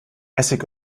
essig